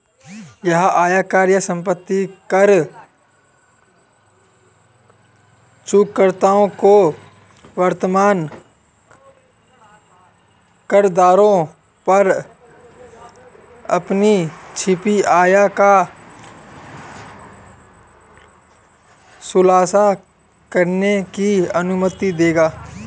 यह आयकर या संपत्ति कर चूककर्ताओं को वर्तमान करदरों पर अपनी छिपी आय का खुलासा करने की अनुमति देगा